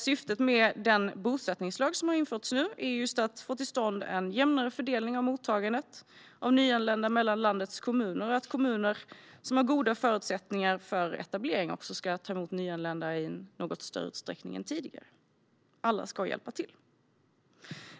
Syftet med den bosättningslag som har införts nu är just att få till stånd en jämnare fördelning av mottagandet av nyanlända mellan landets kommuner och att kommuner som har goda förutsättningar för etablering ska ta emot nyanlända i en något större utsträckning än tidigare. Alla ska hjälpa till.